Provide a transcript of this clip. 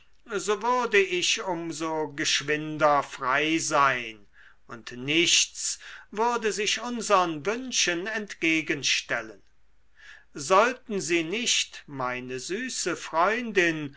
so würde ich um so geschwinder frei sein und nichts würde sich unsern wünschen entgegenstellen sollten sie nicht meine süße freundin